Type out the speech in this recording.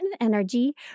energy